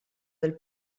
del